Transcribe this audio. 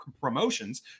promotions